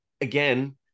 again